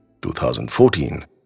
2014